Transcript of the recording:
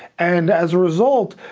and as a result,